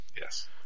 Yes